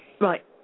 Right